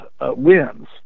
wins